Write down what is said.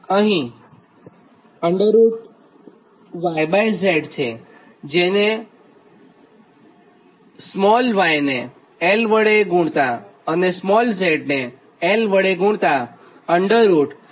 અહીં ZC એટલે કે yz માં y ને 𝑙 વડે અને z ને 𝑙 વડે ગુણતાં YZ થાય